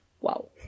wow